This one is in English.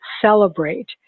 celebrate